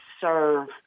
serve